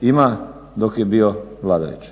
ima dok je bio vladajući.